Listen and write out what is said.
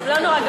סעיפים 1 5